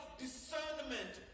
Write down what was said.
discernment